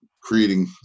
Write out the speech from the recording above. creating